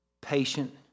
patient